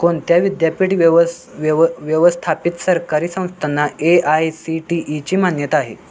कोणत्या विद्यापीठ व्यवस् व्यव व्यवस्थापित सरकारी संस्थांना ए आय सी टी ईची मान्यता आहे